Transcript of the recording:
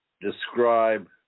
describe